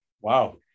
wow